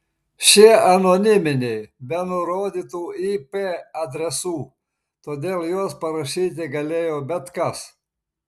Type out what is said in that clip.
šie anoniminiai be nurodytų ip adresų todėl juos parašyti galėjo bet kas